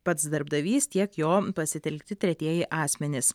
pats darbdavys tiek jo pasitelkti tretieji asmenys